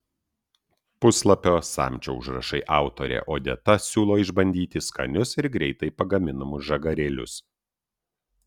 puslapio samčio užrašai autorė odeta siūlo išbandyti skanius ir greitai pagaminamus žagarėlius